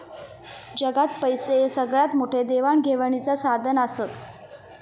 जगात पैशे हे सगळ्यात मोठे देवाण घेवाणीचा साधन आसत